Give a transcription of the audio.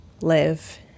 live